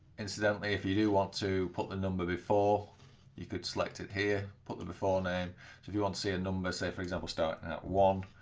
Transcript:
incidentally if you do want to put the number before you could select it here put them before name so if you want to see a number say for example starting at one